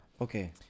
Okay